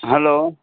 hello